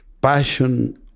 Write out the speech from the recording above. passion